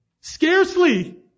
scarcely